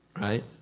right